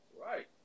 right